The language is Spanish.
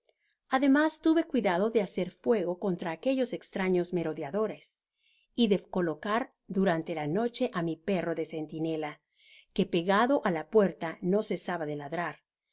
ademas tuve cuidado de hacer fuego contra aquellos estraños merodeadores y de colocar durante la noche á mi perro de centinela que pegado á la puerta no cesaba de ladrar